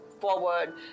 forward